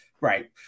right